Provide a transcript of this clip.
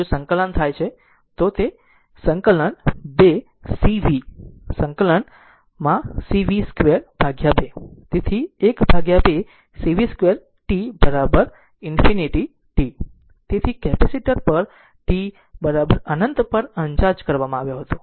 જો સંકલન થાય છે તો તે 2 c v ∫ will be c v2 by 2 તેથી 12 c v 2 t infinity t તેથી કેપેસિટર પર t અનંત પર અનચાર્જ કરવામાં આવ્યો હતો